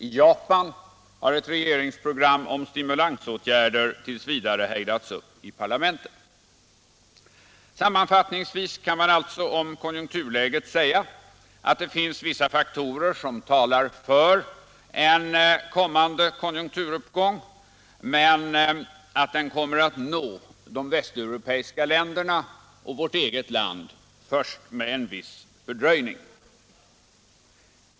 I Japan har ett regeringsprogram om stimulansåtgärder t. v. hejdats i parlamentet. Sammanfattningsvis kan man alltså om konjunkturläget säga att det finns vissa faktorer som talar för en konjunkturuppgång men att den kommer att nå de västeuropeiska länderna och vårt eget land först med viss fördröjning.